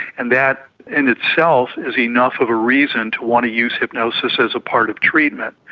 and that in itself is enough of a reason to want to use hypnosis as a part of treatment.